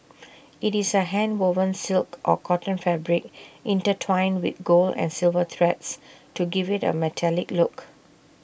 IT is A handwoven silk or cotton fabric intertwined with gold and silver threads to give IT A metallic look